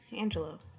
Angelo